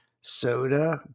soda